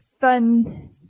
fun